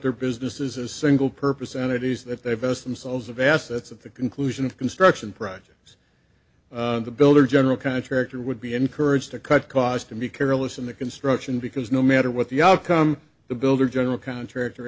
their businesses as single purpose entities that they vote themselves of assets at the conclusion of construction projects the builder general contractor would be encouraged to cut cost and be careless in the construction because no matter what the outcome the builder general contractor